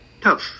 tough